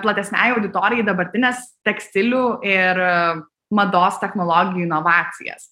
platesnei auditorijai dabartines tekstilių ir mados technologijų inovacijas